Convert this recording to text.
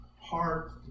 heart